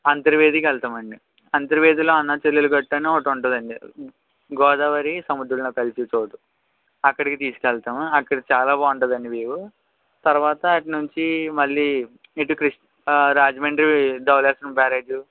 అంతర్వేదికి ఎల్తమండి అంతర్వేదిలో అన్నా చెల్లల గట్టు అని ఒకటుంటాదండి గోదావరి సముద్రంలో కలిసే చోటు అక్కడికి తీసుకెళతాము అక్కడ చాలా బాగుంటుందండి వ్యూ తరువాత అటునుంచి మళ్ళీ ఇటు కృష్ణ రాజమండ్రి ధవళేశ్వరం బ్యారేజు